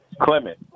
Clement